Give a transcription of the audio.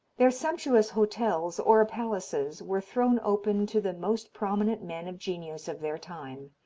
their sumptuous hotels or palaces were thrown open to the most prominent men of genius of their time,